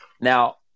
Now